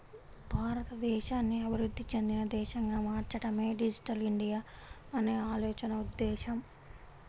భారతదేశాన్ని అభివృద్ధి చెందిన దేశంగా మార్చడమే డిజిటల్ ఇండియా అనే ఆలోచన ఉద్దేశ్యం